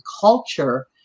culture